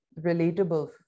relatable